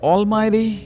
Almighty